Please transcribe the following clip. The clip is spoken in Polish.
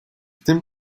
tym